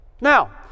Now